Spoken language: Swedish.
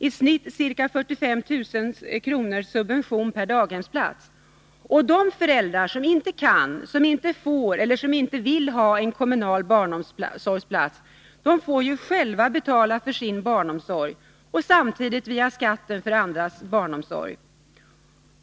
I genomsnitt subventioneras varje daghemsplats med ca 45 000 kr. De föräldrar som inte kan, som inte får eller som inte vill ha en kommunal barnomsorgsplats får själva betala för sin barnomsorg. Samtidigt betalar de över skattsedeln för andras barnomsorg.